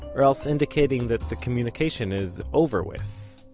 or else indicating that the communication is over with.